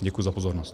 Děkuji za pozornost.